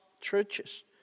churches